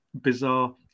bizarre